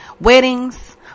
weddings